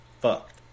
fucked